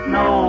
no